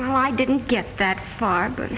well i didn't get that far but